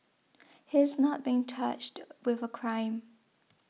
he is not being charged with a crime